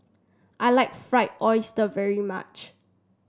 I like Fried Oyster very much